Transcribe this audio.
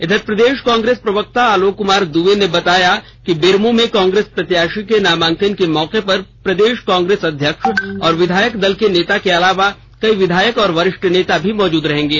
इधर प्रदेश कांग्रेस प्रवक्ता आलोक कुमार दूबे ने बताया कि बेरमो में कांग्रेस प्रत्याषी के नामांकन के मौके पर प्रदेश कांग्रेस अध्यक्ष और विधायक दल के नेता के अलावा कई विधायक और वरिष्ठ नेता मौजूद रहेंगे